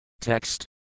TEXT